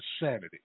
insanity